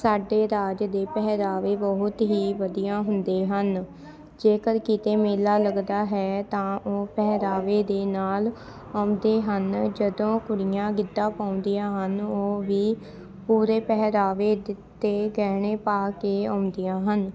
ਸਾਡੇ ਰਾਜ ਦੇ ਪਹਿਰਾਵੇ ਬਹੁਤ ਹੀ ਵਧੀਆ ਹੁੰਦੇ ਹਨ ਜੇਕਰ ਕਿਤੇ ਮੇਲਾ ਲੱਗਦਾ ਹੈ ਤਾਂ ਉਹ ਪਹਿਰਾਵੇ ਦੇ ਨਾਲ ਆਉਂਦੇ ਹਨ ਜਦੋਂ ਕੁੜੀਆਂ ਗਿੱਧਾ ਪਾਉਂਦੀਆਂ ਹਨ ਉਹ ਵੀ ਪੂਰੇ ਪਹਿਰਾਵੇ ਦਿੱਤੇ ਗਹਿਣੇ ਪਾ ਕੇ ਆਉਂਦੀਆਂ ਹਨ